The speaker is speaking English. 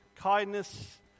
kindness